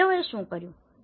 તેથી તેઓએ શુ કર્યું